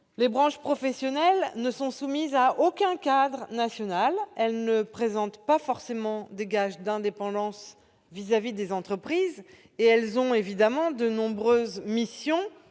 Les branches professionnelles ne sont soumises à aucun cadre national et ne présentent pas forcément de gages d'indépendance vis-à-vis des entreprises. Elles ont de nombreuses missions